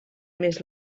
més